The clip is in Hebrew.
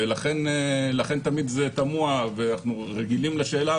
לכן תמיד זה תמוה ואנחנו רגילים לשאלה,